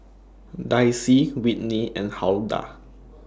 Dicy Whitney and Huldah